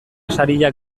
sariak